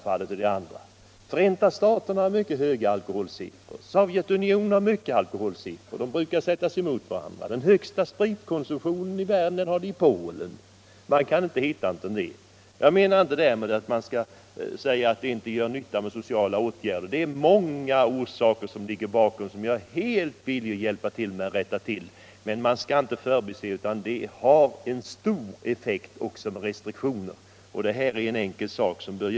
Förenta staterna har mycket höga alkoholsiffror, liksom Sovjetunionen, och dessa två brukar ställas mot varandra. Den högsta spritkonsumtionen i världen har man i Polen. Därmed menar jag inte att man skall säga att det inte är nyttigt med sociala åtgärder. Det är många orsaker som ligger bakom som jag är helt villig att hjälpa till att itu med, men man skall inte förbise att även restriktioner har en stor effekt.